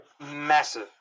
Massive